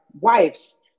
wives